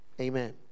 amen